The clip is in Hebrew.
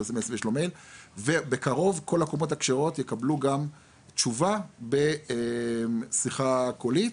SMS ובקרוב כל הקומות הכשרות יקבלו גם תשובה בשיחה קולית,